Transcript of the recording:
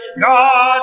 God